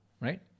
right